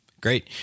Great